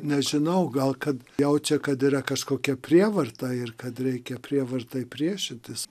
nežinau gal kad jaučia kad yra kažkokia prievarta ir kad reikia prievartai priešitis